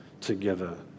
together